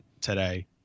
today